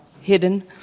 hidden